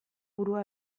burua